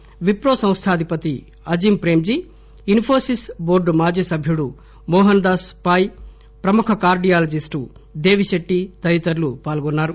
ఈ సమాపేశంలో విప్రో సంస్థ అధిపతి అజీమ్ ప్రేమ్ జీ ఇన్పోసిస్ టోర్డు మాజీ సభ్యుడు మోహన్ దాస్ పాయ్ ప్రముఖ కార్డియాలజిస్ట్ దేవి శెట్టి తదితరులు పాల్గొన్నారు